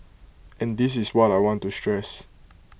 and this is what I want to stress